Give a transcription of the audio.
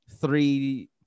three